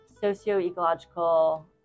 socio-ecological